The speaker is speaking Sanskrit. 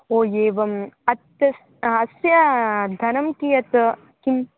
ओ एवम् अत्र अस्य धनं कियत् किम्